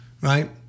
Right